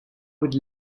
would